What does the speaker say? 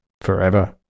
forever